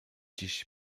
dziś